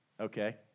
Okay